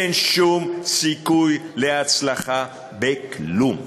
אין שום סיכוי להצלחה בכלום.